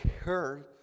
heard